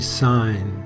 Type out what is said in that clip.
sign